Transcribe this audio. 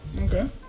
Okay